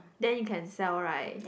then you can sell right